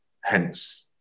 Hence